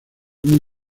muy